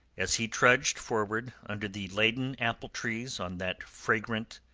as he trudged forward under the laden apple-trees on that fragrant,